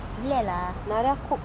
eh அந்த:antha uncle ஒன்னோட:onnoda friend